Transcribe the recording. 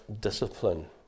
discipline